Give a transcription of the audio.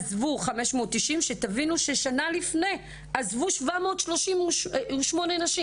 ועזבו 590. תבינו ששנה לפני עזבו 738 נשים.